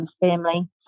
family